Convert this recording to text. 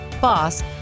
boss